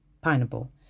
pineapple